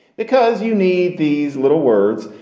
because you need these little words.